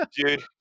Dude